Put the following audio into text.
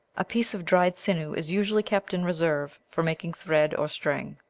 a piece of dried sinew is usually kept in reserve for making thread or string.